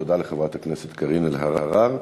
תודה לחברת הכנסת קארין אלהרר.